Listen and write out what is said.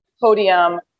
podium